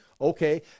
okay